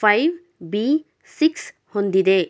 five, B six ಹೊಂದಿದೆ